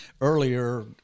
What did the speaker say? earlier